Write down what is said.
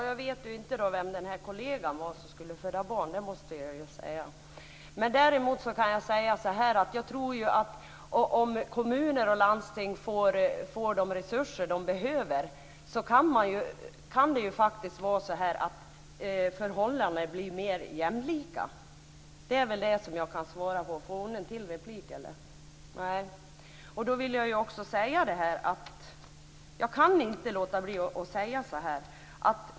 Fru talman! Jag vet inte vem kollegan var som skulle föda barn. Om kommuner och landsting får de resurser de behöver kan förhållandena bli mer jämlika. Det kan jag svara.